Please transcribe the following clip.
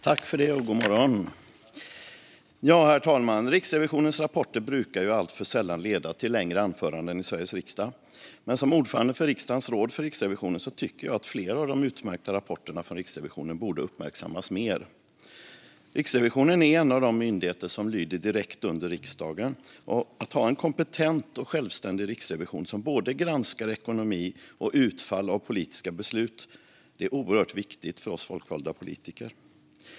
Herr talman! Riksrevisionens rapporter brukar alltför sällan leda till längre anföranden i Sveriges riksdag. Men som ordförande för riksdagens råd för Riksrevisionen tycker jag att fler av de utmärkta rapporterna från Riksrevisionen borde uppmärksammas mer. Riksrevisionen är en av de myndigheter som lyder direkt under riksdagen, och att ha en kompetent och självständig riksrevision som både granskar ekonomi och utfall av politiska beslut är oerhört viktigt för oss folkvalda politiker.